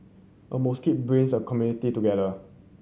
a mosque brings a community together